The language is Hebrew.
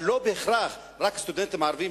אבל לא ילמדו בה בהכרח רק סטודנטים ערבים,